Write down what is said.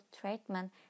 treatment